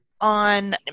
on